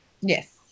Yes